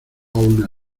una